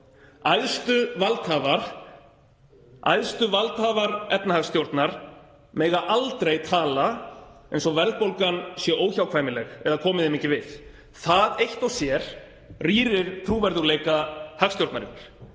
Æðstu valdhafar efnahagsstjórnar mega aldrei tala eins og verðbólgan sé óhjákvæmileg eða komi þeim ekki við. Það eitt og sér rýrir trúverðugleika hagstjórnarinnar.